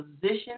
position